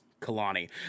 Kalani